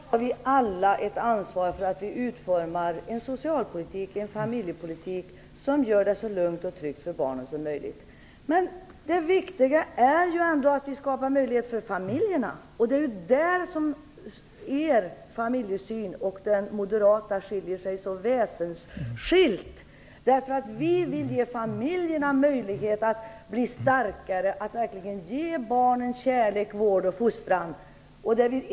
Herr talman! Självklart har vi alla ett ansvar för att vi utformar en familjepolitik som gör det så lugnt och tryggt för barnen som möjligt. Men det viktiga är ändå att vi skapar möjligheter för familjerna. Det är där er familjesyn och den moderata är så väsensskilda. Vi vill ge familjerna möjlighet att bli starkare så att de verkligen kan ge barnen kärlek, vård och fostran.